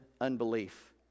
unbelief